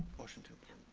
motion to